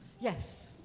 Yes